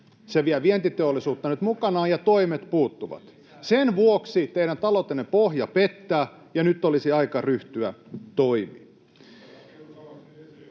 se vie vientiteollisuutta nyt mukanaan, ja toimet puuttuvat. Sen vuoksi teidän taloutenne pohja pettää, ja nyt olisi aika ryhtyä toimiin.